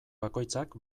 bakoitzak